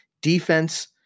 defense